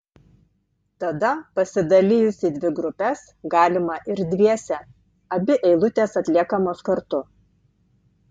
tada pasidalijus į dvi grupes galima ir dviese abi eilutės atliekamos kartu